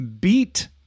beat